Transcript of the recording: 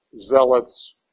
Zealots